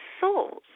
souls